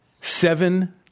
seven